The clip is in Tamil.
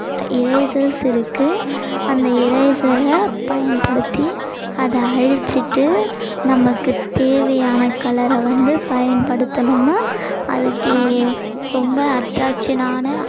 இரேசர்ஸ் இருக்குது அந்த இரேசரை பயன்படுத்தி அதை அழிச்சிகிட்டு நமக்கு தேவையான கலரை வந்து பயன்படுத்துனோம்னால் அதுக்கு ரொம்ப அட்ராக்ஷனான